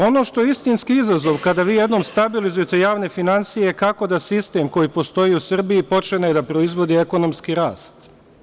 Ono što je istinski izazov kada vi jednom stabilizujete javne finansije, kako da sistem koji postoji u Srbiji počne da proizvodi ekonomski rast.